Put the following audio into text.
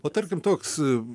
o tarkim toks